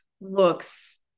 looks